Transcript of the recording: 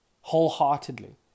wholeheartedly